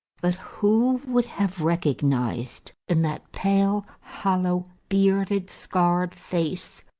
but who would have recognized in that pale, hollow, bearded, scarred face,